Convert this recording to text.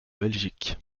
belgique